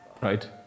right